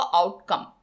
outcome